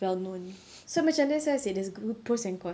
well known so macam that's why I say there's pros and cons ah